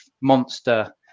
monster